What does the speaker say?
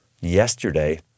yesterday